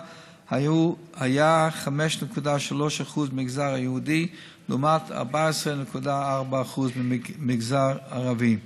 היה 5.3% במגזר היהודי לעומת 14.4% למגזר ערבי.